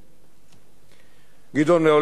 גדעון מעולם לא היסס להביע את דעתו,